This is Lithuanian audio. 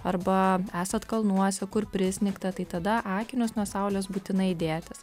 arba esat kalnuose kur prisnigta tai tada akinius nuo saulės būtinai dėtis